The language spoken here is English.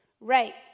Right